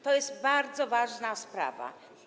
To jest bardzo ważna sprawa.